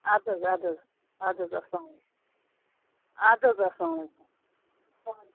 اَدٕ حظ اَدٕ حظ اَدٕ حظ السلامُ علیکُم اَدٕ حظ السلام علیکُم